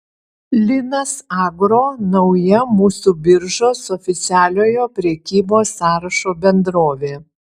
linas agro nauja mūsų biržos oficialiojo prekybos sąrašo bendrovė